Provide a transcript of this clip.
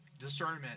discernment